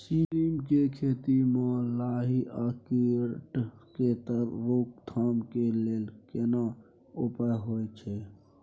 सीम के खेती म लाही आ कीट के रोक थाम के लेल केना उपाय होय छै?